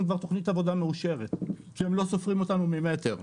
תוכנית עבודה מאושרת כי הם לא סופרים אותנו ממטר.